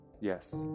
Yes